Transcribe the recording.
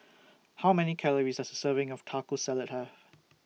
How Many Calories Does A Serving of Taco Salad Have